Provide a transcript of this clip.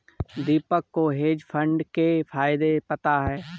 दीपक को hedge fund के फायदे पता है